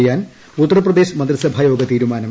ചെയ്യാൻ ഉത്തർപ്രദേശ് മന്ത്രിസഭായോഗ തീരുമാനം